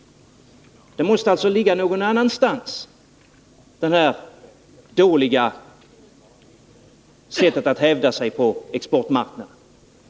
Grunden måste alltså ligga någon annanstans för det här dåliga sättet att hävda sig på exportmarknaden.